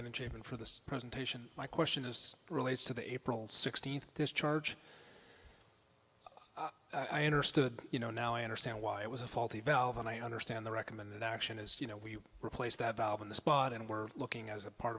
achievement for this presentation my question is relates to the april sixteenth discharge i understood you know now i understand why it was a faulty valve and i understand the recommend that action is you know we replace that valve on the spot and we're looking as a part